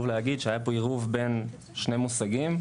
להבין שהיה פה עירוב של שני מושגים.